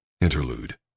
Interlude